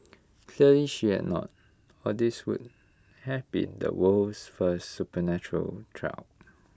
clearly she had not or this would have been the world's first supernatural trial